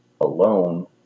alone